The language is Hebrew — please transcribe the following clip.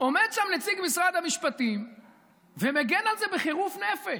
עומד שם נציג משרד המשפטים ומגן על זה בחירוף נפש.